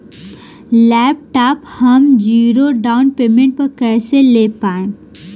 Laptop हम zero down payment पर कैसे ले पाएम?